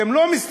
אתם לא מסתפקים.